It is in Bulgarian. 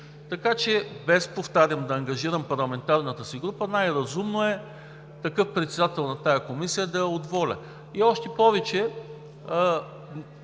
Така че, без, повтарям, да ангажирам парламентарната си група, най-разумно е такъв председател на тази комисия да е от ВОЛЯ, още повече